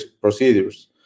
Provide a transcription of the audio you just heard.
procedures